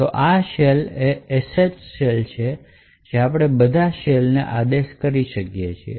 તો આ શેલ એ sh શેલ છે જેથી આપણે બધા શેલ ને આદેશો કરી શકીએ